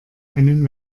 einen